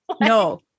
No